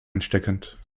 ansteckend